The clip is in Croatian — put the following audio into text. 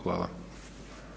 Hvala.